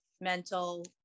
mental